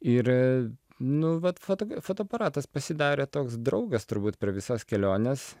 ir nu vat fotogra fotoaparatas pasidarė toks draugas turbūt per visas keliones